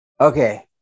okay